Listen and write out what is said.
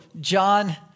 John